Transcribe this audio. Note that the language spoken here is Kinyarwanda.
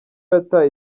yataye